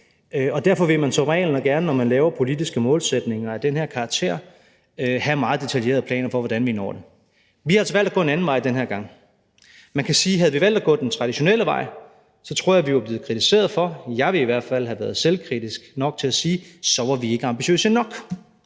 og derfor vil man som regel gerne, når man laver politiske målsætninger af den her karakter, have meget detaljerede planer for, hvordan vi når det. Vi har altså valgt at gå en anden vej den her gang. Man kan sige, at havde vi valgt at gå den traditionelle vej, tror jeg, vi var blevet kritiseret for det, for jeg ville i hvert fald have været selvkritisk nok til at sige, at så var vi ikke ambitiøse nok.